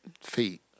Feet